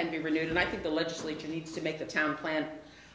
can be renewed and i think the legislature needs to make the town plant